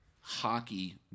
hockey